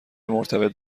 مرتبط